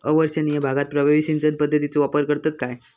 अवर्षणिय भागात प्रभावी सिंचन पद्धतीचो वापर करतत काय?